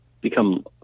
become